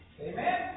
Amen